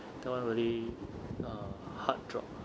that [one] really uh heart drop ah